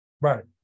Right